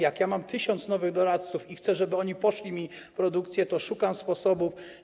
Jak mam tysiąc nowych doradców i chcę, żeby oni poszli w produkcję, to szukam sposobów.